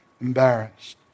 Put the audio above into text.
embarrassed